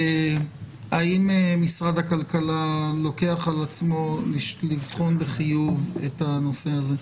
האם משרד הכלכלה לוקח על עצמו לבחון בחיוב את הנושא הזה?